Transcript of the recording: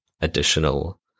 additional